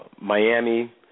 Miami